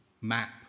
map